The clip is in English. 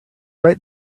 write